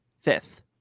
fifth